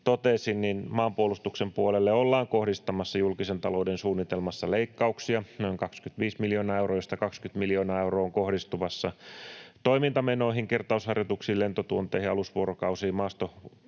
totesin, maanpuolustuksen puolelle ollaan kohdistamassa julkisen talouden suunnitelmassa leikkauksia noin 25 miljoonaa euroa, josta 20 miljoonaa euroa on kohdistumassa toimintamenoihin, kertausharjoituksiin, lentotunteihin, alusvuorokausiin, maastopäiviin ja